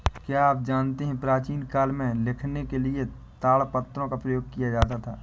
क्या आप जानते है प्राचीन काल में लिखने के लिए ताड़पत्रों का प्रयोग किया जाता था?